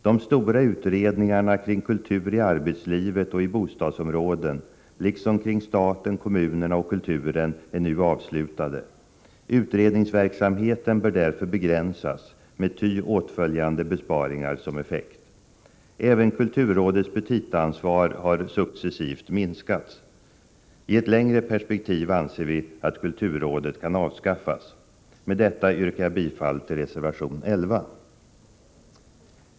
De stora utredningarna om kultur i arbetslivet och i bostadsområden liksom om staten, kommunerna och kulturen är nu avslutade. Utredningsverksamheten bör därför begränsas med ty åtföljande besparingar som effekt. Även kulturrådets petitaansvar har successivt minskat. I ett längre perspektiv anser vi att kulturrådet kan avskaffas. Med detta yrkar jag bifall till reservation 11.